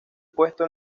puesto